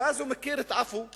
ואז הוא מכיר את עפו אגבאריה,